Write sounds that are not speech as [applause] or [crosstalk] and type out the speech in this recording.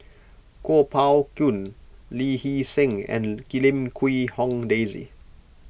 Kuo Pao Kun Lee Hee Seng and [unintelligible] Lim Quee Hong Daisy